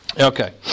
Okay